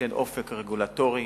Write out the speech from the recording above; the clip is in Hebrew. שתיתן אופק רגולטורי